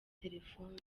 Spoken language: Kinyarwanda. telefone